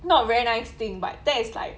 not very nice thing but that is like